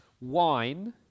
wine